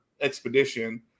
expedition